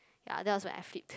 ya that was when I flipped